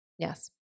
Yes